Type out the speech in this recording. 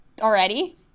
already